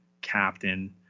captain